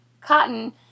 cotton